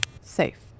Safe